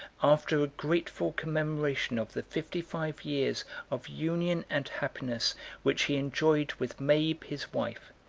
after a grateful commemoration of the fifty-five years of union and happiness which he enjoyed with mabe his wife,